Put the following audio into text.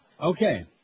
Okay